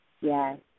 Yes